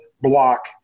block